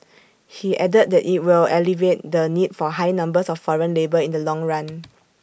he added that IT will alleviate the need for high numbers of foreign labour in the long run